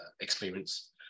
experience